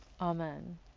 Amen